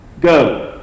Go